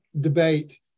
debate